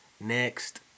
Next